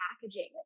packaging